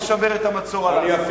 לשמר את המצור על עזה.